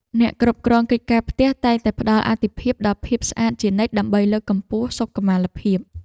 អ្នកគ្រប់គ្រងកិច្ចការផ្ទះតែងតែផ្តល់អាទិភាពដល់ភាពស្អាតជានិច្ចដើម្បីលើកកម្ពស់សុខុមាលភាព។